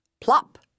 Plop